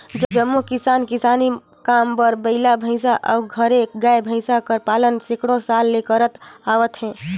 जम्मो किसान किसानी काम बर बइला, भंइसा अउ घरे गाय, भंइस कर पालन सैकड़ों साल ले करत आवत अहें